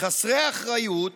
חסרי אחריות